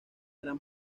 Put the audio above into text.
gran